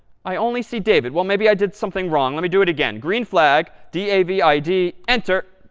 i only see david. well, maybe i did something wrong. let me do it again. green flag, d a v i d, enter.